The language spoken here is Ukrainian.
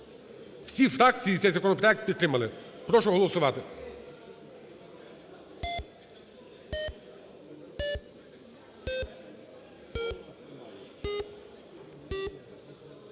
Всі фракції цей законопроект підтримали. Прошу голосувати.